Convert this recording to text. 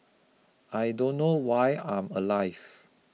I don't know why I'm alive